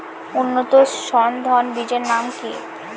উন্নত সর্ন ধান বীজের নাম কি?